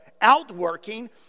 outworking